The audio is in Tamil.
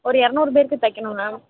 ஒரு இரநூறு பேருக்கு தைக்கணும் மேம்